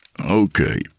Okay